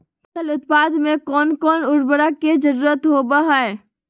फसल उत्पादन में कोन कोन उर्वरक के जरुरत होवय हैय?